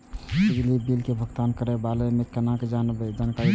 बिजली बिल के भुगतान करै के बारे में केना जानकारी देब?